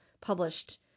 published